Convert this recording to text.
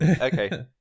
Okay